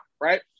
right